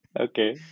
okay